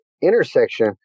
intersection